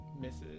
Misses